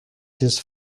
his